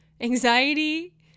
anxiety